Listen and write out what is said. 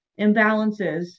imbalances